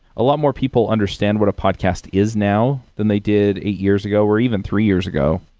a lot more people understand what a podcast is now than they did eight years ago or even three years ago,